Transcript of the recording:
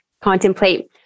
contemplate